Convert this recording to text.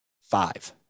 Five